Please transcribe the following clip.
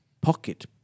pocket